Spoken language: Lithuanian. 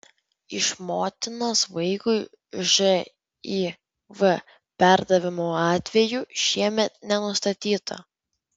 iš motinos vaikui živ perdavimo atvejų šiemet nenustatyta